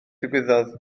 ddigwyddodd